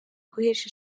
guhesha